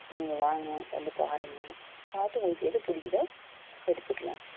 நீங்கள் வாங்க வந்து பாருங்க பார்த்து உங்களுக்கு எது பிடிக்கிதோ எடுத்துக்கலாம்